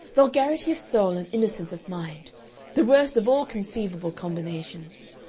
vulgarity of soul and innocence of mind the worst of all conceivable combinations.